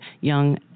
young